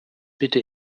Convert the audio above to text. bitte